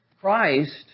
Christ